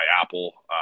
Apple –